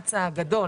והמאמץ הגדול